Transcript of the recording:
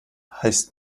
heißt